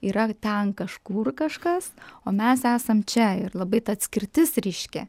yra ten kažkur kažkas o mes esam čia ir labai ta atskirtis ryški